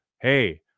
Hey